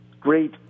great